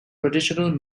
traditional